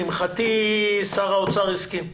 לשמחתי, שר האוצר הסכים ואמר: